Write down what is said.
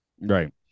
Right